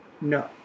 No